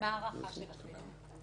מה הערכה שלכם?